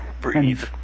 Breathe